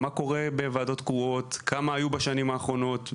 מה קורה בוועדות קרואות, כמה היו בשנים האחרונות.